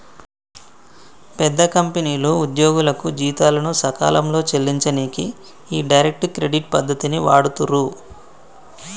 పెద్ద కంపెనీలు ఉద్యోగులకు జీతాలను సకాలంలో చెల్లించనీకి ఈ డైరెక్ట్ క్రెడిట్ పద్ధతిని వాడుతుర్రు